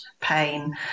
pain